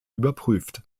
überprüft